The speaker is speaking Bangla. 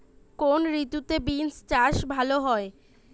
কোন ঋতুতে বিন্স চাষ ভালো হয়?